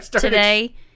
today